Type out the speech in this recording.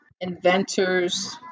Inventors